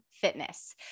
fitness